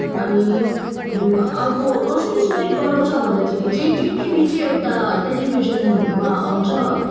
अनि अर्को कसरी सूचित गराउँछ भन्दाखेरि चाहिँ केटिभी चाहिँ एउटा टेलिभिजनमा आउँछ